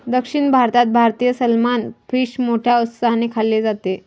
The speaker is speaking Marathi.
दक्षिण भारतात भारतीय सलमान फिश मोठ्या उत्साहाने खाल्ले जाते